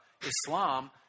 Islam